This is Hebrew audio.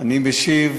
ישיב